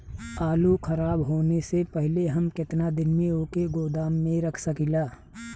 आलूखराब होने से पहले हम केतना दिन वोके गोदाम में रख सकिला?